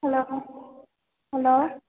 hello